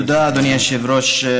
תודה, אדוני היושב-ראש.